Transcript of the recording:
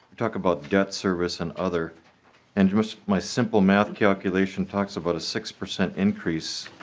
talk about debt service and other and um so my simple mouth copulation talks about a six percent increase